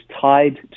tied